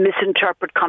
misinterpret